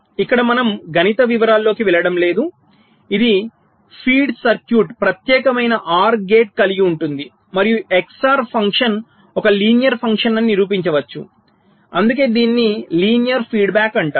ఇక్కడ మనం గణిత వివరాలలోకి వెళ్ళడం లేదు ఈ ఫీడ్ సర్క్యూట్ ప్రత్యేకమైన OR గేట్ కలిగి ఉంటుంది మరియు XOR ఫంక్షన్ ఒక లీనియర్ ఫంక్షన్ అని నిరూపించవచ్చు అందుకే దీనిని లీనియర్ ఫీడ్బ్యాక్ అంటారు